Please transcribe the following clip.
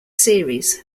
series